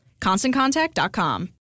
ConstantContact.com